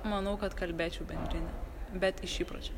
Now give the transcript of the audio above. manau kad kalbėčiau bendrine bet iš įpročio